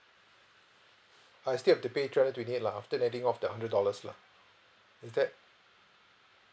I still have to pay three hundred and twenty eight lah after letting off that hundred dollars lah is that